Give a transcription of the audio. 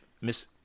miss